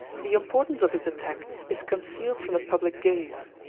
the importance of his attack is concealed from the public gaze,